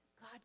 God